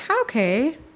Okay